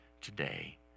today